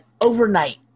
overnight